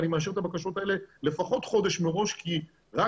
אני מאשר את הבקשות האלה לפחות חודש מראש כי רק